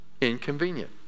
inconvenient